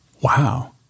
Wow